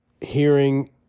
hearing